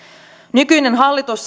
nykyinen hallitus